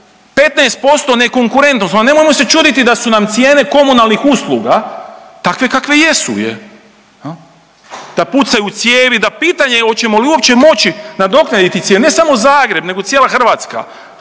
15% nekonkurentnost onda nemojmo se čuditi da su nam cijene komunalnih usluga takve kakve jesu, da pucaju cijevi, da pitanje hoćemo li uopće moći nadoknaditi cijene ne samo Zagreb, nego cijela Hrvatska.